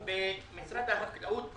משרד החקלאות,